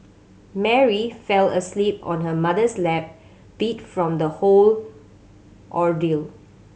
Mary fell asleep on her mother's lap beat from the whole ordeal